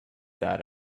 that